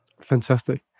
Fantastic